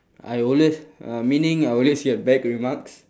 I always uh meaning I always get bad remarks